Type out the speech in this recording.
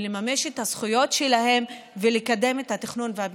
לממש את הזכויות שלהם ולקדם את התכנון והבנייה.